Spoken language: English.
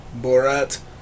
Borat